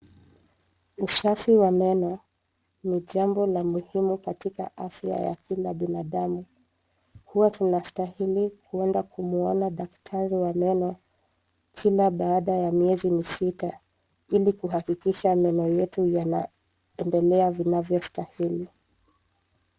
Usafi wa meno, ni jambo la muhimu katika afya ya kila binadamu, huwa tunastahili kuenda kumuona daktari wa meno, kila baada ya miezi misita, ili kuhakikisha meno yetu yanaendelea vinavyostahili.